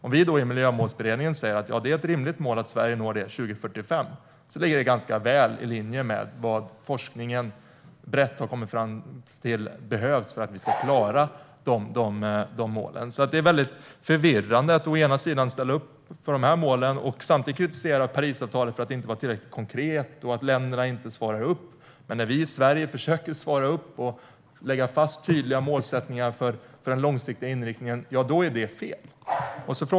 Om vi då i Miljömålsberedningen säger att det är rimligt att Sverige når målet 2045 ligger det ganska väl i linje med vad forskningen brett har kommit fram till behövs för att vi ska klara målen. Det är väldigt förvirrande att ställa upp på målen och samtidigt kritisera Parisavtalet för att det inte är tillräckligt konkret och för att länderna inte svarar upp mot det. Men när vi i Sverige försöker svara upp mot det och lägga fast tydliga målsättningar för den långsiktiga inriktningen, då är det fel.